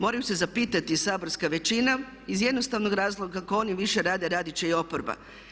Mora se zapitati i saborska većina iz jednostavnog razloga, ako oni više rade, radit će i oporba.